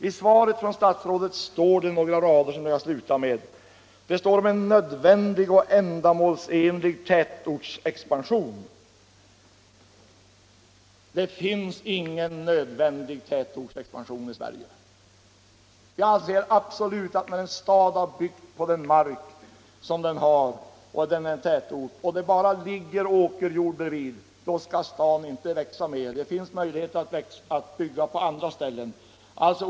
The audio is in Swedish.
I svaret från statsrådet talas om ”nödvändig och ändamålsenlig tätortsexpansion”. Det finns ingen nödvändig tätortsexpansion i Sverige! När en tätort har utbyggts så att det bara ligger åkerjord intill tätorten skall den inte växa mer! Det finns möjlighet att bygga på andra ställen.